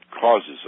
causes